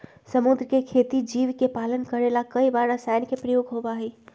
समुद्र के खेती जीव के पालन करे ला कई बार रसायन के प्रयोग होबा हई